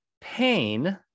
Pain